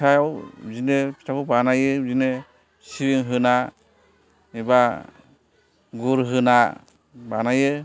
फिथायाव बिदिनो फिथाबो बानायो बिदिनो सिबिं होना एबा गुर होना बानायो